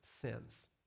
sins